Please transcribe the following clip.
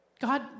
God